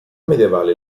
medievale